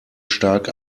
stark